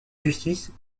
justice